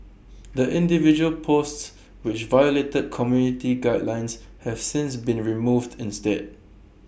the individual posts which violated community guidelines have since been removed instead